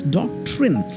doctrine